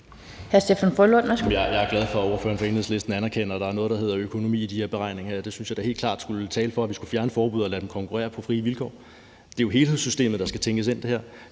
Jeg er glad for, at ordføreren for Enhedslisten anerkender, at der er noget, der hedder økonomi i de her beregninger. Det synes jeg da helt klart taler for, at vi skulle fjerne forbuddet og lade dem konkurrere på frie vilkår. Det er jo helhedssystemet, der skal tænkes ind her.